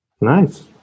Nice